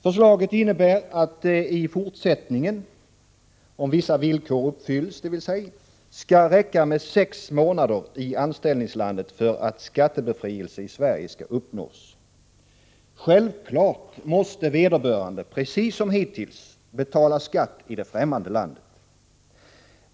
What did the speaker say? Förslaget innebär att det i fortsättningen — om vissa villkor uppfylls — skall räcka med sex månader i anställningslandet för att skattebefrielse i Sverige skall uppnås. Självfallet måste vederbörande — precis som hittills — betala skatt i det ffrämmande landet.